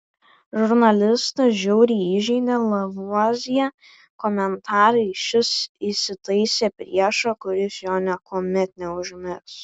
žurnalistą žiauriai įžeidė lavuazjė komentarai šis įsitaisė priešą kuris jo niekuomet neužmirš